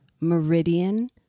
meridian